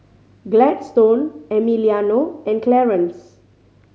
Gladstone Emiliano and Clarance